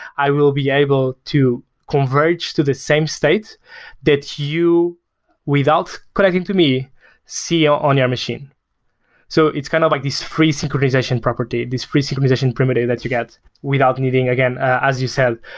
i will be able to converge to the same state that you without connecting to me see on your machine so it's kind of like this free synchronization property, this free synchronization primitive that you get without needing again, as you said,